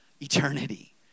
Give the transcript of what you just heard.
eternity